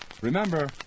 Remember